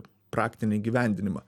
praktinį įgyvendinimą